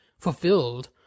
Fulfilled